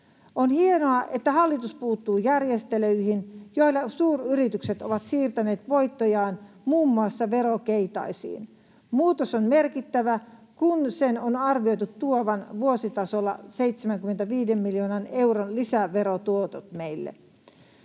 On hienoa, että hallitus puuttuu järjestelyihin, joilla suuryritykset ovat siirtäneet voittojaan muun muassa verokeitaisiin. Muutos on merkittävä, kun sen on arvioitu tuovan vuositasolla 75 miljoonan euron lisäverotuotot meille.